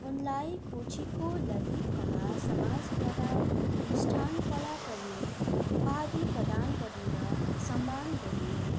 उनलाई कोचीको ललितकला समाजद्वारा अनुष्ठान कला प्रवीण उपाधि प्रदान गरिएर सम्मान गरियो